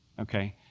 okay